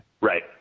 Right